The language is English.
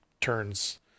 turns